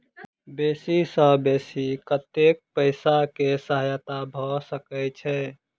बेसी सऽ बेसी कतै पैसा केँ सहायता भऽ सकय छै?